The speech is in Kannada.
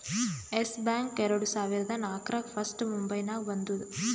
ಎಸ್ ಬ್ಯಾಂಕ್ ಎರಡು ಸಾವಿರದಾ ನಾಕ್ರಾಗ್ ಫಸ್ಟ್ ಮುಂಬೈನಾಗ ಬಂದೂದ